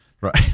right